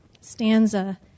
stanza